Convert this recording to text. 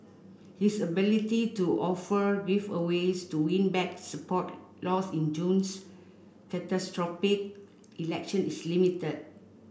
his ability to offer giveaways to win back support lost in June's catastrophic election is limited